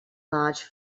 large